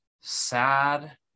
sad